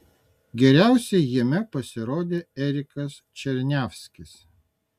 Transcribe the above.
geriausiai jame pasirodė erikas černiavskis